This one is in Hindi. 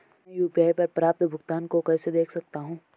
मैं यू.पी.आई पर प्राप्त भुगतान को कैसे देख सकता हूं?